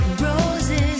Roses